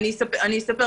מציעים.